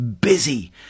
busy